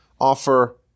offer